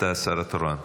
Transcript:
אתה השר התורן.